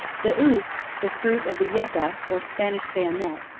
the oose, the fruit of the yucca, or spanish bayonet,